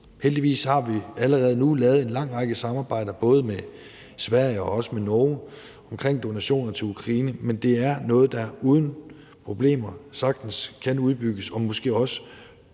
Heldigvis har vi allerede nu lavet en lang række samarbejder, både med Sverige og også med Norge, omkring donationer til Ukraine, men det er noget, der uden problemer sagtens kan udbygges og måske også i højere